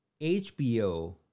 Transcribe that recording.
HBO